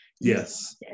Yes